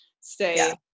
stay